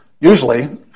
Usually